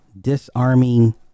disarming